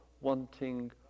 wanting